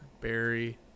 Barry